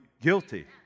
guilty